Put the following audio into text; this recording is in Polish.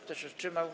Kto się wstrzymał?